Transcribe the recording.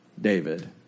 David